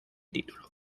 título